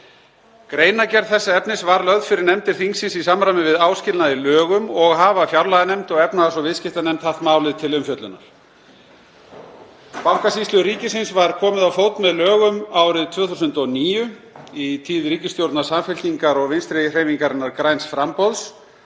Greinargerð þess efnis var lögð fyrir nefndir þingsins í samræmi við áskilnað í lögum og hafa fjárlaganefnd og efnahags- og viðskiptanefnd haft málið til umfjöllunar. Bankasýslu ríkisins var komið á fót með lögum árið 2009 í tíð ríkisstjórnar Samfylkingar og Vinstrihreyfingarinnar – græns framboðs.